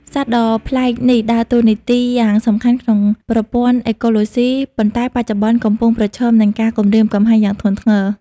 សត្វដ៏ប្លែកនេះដើរតួនាទីយ៉ាងសំខាន់ក្នុងប្រព័ន្ធអេកូឡូស៊ី ប៉ុន្តែបច្ចុប្បន្នកំពុងប្រឈមមុខនឹងការគំរាមកំហែងយ៉ាងធ្ងន់ធ្ងរ។